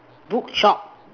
bookshop